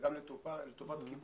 וגם לטובת כיבוי.